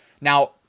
Now